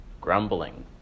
grumbling